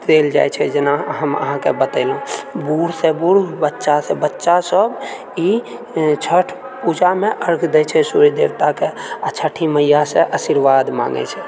देल जाइत छै जेना हम अहाँकेँ बतेलहुँ बूढसँ बूढ़ बच्चासँ बच्चा सभ ई छठि पूजामे अर्घ दैछै सूर्य देवताके आ छठि मैयासँ आशिर्वाद मांगै छै